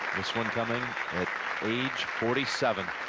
this one coming at age forty-seven.